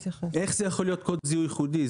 איך זה יכול להיות קוד זיהוי ייחודי?